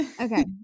Okay